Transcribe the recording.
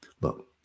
Look